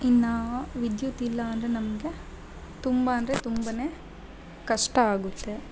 ಇನ್ನು ವಿದ್ಯುತ್ ಇಲ್ಲ ಅಂದರೆ ನಮಗೆ ತುಂಬ ಅಂದರೆ ತುಂಬ ಕಷ್ಟ ಆಗುತ್ತೆ